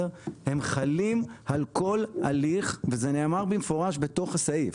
הם חלים על כל הליך, וזה נאמר במפורש בתוך הסעיף.